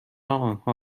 آنها